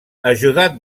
ajudat